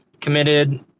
committed